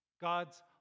God's